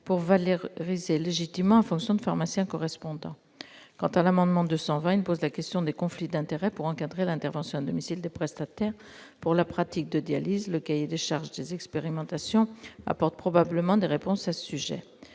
pour valoriser, certes légitimement, la fonction de pharmacien correspondant. Quant à l'amendement n° 220, il pose la question des conflits d'intérêts et vise à encadrer l'intervention à domicile des prestataires pour la pratique de dialyses. Le cahier des charges des expérimentations apporte probablement des réponses à ce sujet.